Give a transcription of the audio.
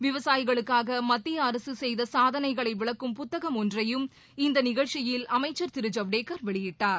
விவசாயிகளுக்காக மத்திய அரசு செய்த சாதனைகளை விளக்கும் புத்தகம் ஒன்றையும் இந்த நிகழ்ச்சியில் அமைச்சர் திரு ஜவ்டேகர் வெளியிட்டார்